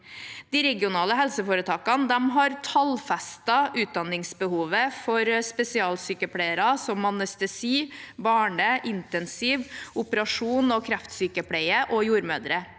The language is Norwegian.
De regionale helseforetakene har tallfestet utdanningsbehovet for jordmødre og spesialsykepleiere som anestesi-, barne-, intensiv-, operasjons- og kreftsykepleiere.